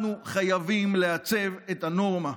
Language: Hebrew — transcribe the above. אנחנו חייבים לעצב את הנורמה,